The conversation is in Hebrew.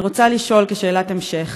אני רוצה לשאול כשאלת המשך,